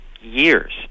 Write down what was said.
years